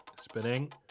Spinning